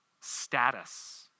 status